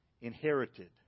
inherited